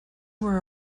were